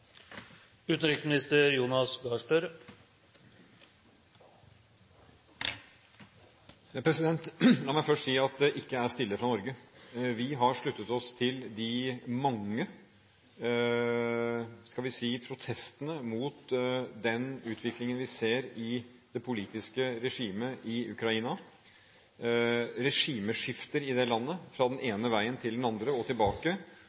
La meg først si at det ikke er stille fra Norge. Vi har sluttet oss til de mange – skal vi si – protestene mot den utviklingen vi ser i det politiske regimet i Ukraina. Regimeskifter i det landet, fra den ene veien til den andre og tilbake,